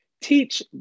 teach